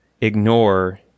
ignore